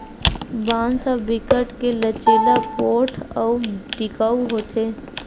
बांस ह बिकट के लचीला, पोठ अउ टिकऊ होथे